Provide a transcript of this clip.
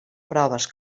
proves